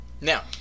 Now